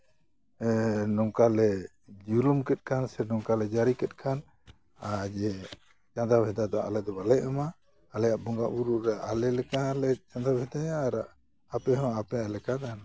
ᱱᱚᱝᱠᱟ ᱞᱮ ᱡᱩᱞᱩᱢ ᱠᱮᱫ ᱠᱷᱟᱱ ᱥᱮ ᱱᱚᱝᱠᱟᱞᱮ ᱡᱟᱹᱨᱤ ᱠᱮᱫ ᱠᱷᱟᱱ ᱟᱨ ᱡᱮ ᱪᱟᱸᱫᱟ ᱵᱷᱮᱫᱟ ᱫᱚ ᱟᱞᱮ ᱫᱚ ᱵᱟᱞᱮ ᱮᱢᱟ ᱟᱞᱮᱭᱟᱜ ᱵᱚᱸᱜᱟᱜ ᱵᱩᱨᱩᱜ ᱨᱮ ᱟᱞᱮ ᱞᱮᱠᱟᱞᱮ ᱪᱟᱸᱫᱟ ᱵᱷᱟᱫᱟᱭᱟ ᱟᱨ ᱟᱯᱮ ᱦᱚᱸ ᱟᱯᱮ ᱞᱮᱠᱟ